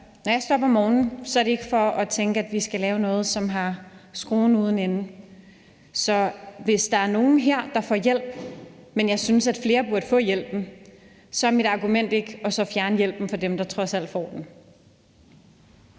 Når jeg står op om morgenen, er det ikke for at tænke, at vi skal lave noget, som er skruen uden ende. Så hvis der er nogle her, der får noget hjælp, men hvor jeg synes, at flere burde få den hjælp, så er mit argument ikke, at man skal fjerne hjælpen for dem, der trods alt får den.